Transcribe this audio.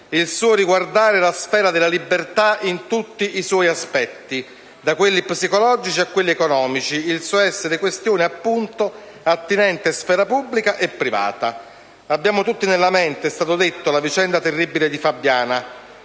il suo riguardare la sfera della libertà in tutti i suoi aspetti, da quelli psicologici a quelli economici, il suo essere questione appunto attinente alla sfera pubblica e a quella privata. Abbiamo tutti nella mente la vicenda terribile di Fabiana,